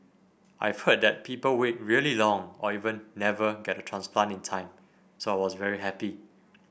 I've heard that people wait really long or even never get a transplant in time so I was very happy